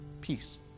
Peace